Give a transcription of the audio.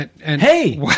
Hey